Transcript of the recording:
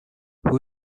who